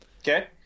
okay